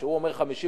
כשהוא אומר 50%,